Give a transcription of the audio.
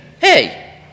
hey